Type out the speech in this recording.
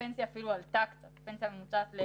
הפנסיה הממוצעת של